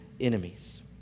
enemies